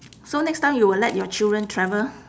so next time you will let your children travel